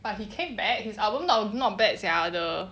but he came back his album not not bad sia the